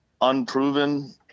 unproven